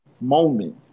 moment